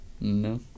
No